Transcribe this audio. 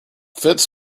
fits